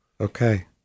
Okay